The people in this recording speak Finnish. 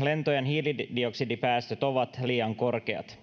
lentojen hiilidioksidipäästöt ovat liian korkeat